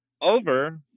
over